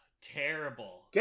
terrible